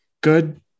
good